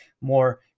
more